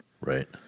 Right